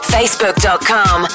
Facebook.com